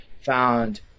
found